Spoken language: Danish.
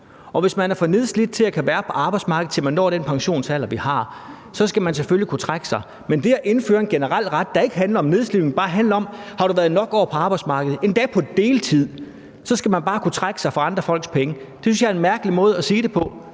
og hvis man er for nedslidt til at kunne være på arbejdsmarkedet, til man når den pensionsalder, vi har, så skal man selvfølgelig kunne trække sig. Men at indføre en generel ret, der ikke handler om nedslidning, men bare handler om, at har man været nok år på arbejdsmarkedet, endda på deltid, så skal man bare kunne trække sig for andre folks penge, synes jeg er en mærkelig måde at sige det på.